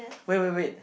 wait wait wait